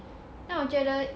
那我觉得